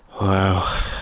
Wow